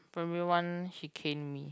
primary one she cane me